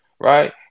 right